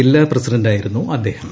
ജില്ലാ പ്രസിഡന്റായിരുന്നു അദ്ദേഹം